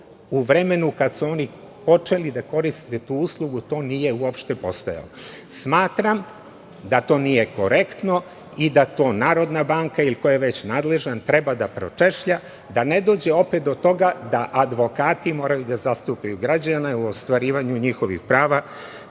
u vremenu kada su oni počeli da koriste tu uslugu, to nije uopšte postojalo. Smatram da to nije korektno i da to Narodna banka ili ko je već nadležan treba da pročešlja, da ne dođe opet do toga da advokati moraju da zastupaju građane u ostvarivanju njihovih prava